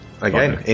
Again